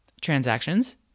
transactions